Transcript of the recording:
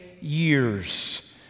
years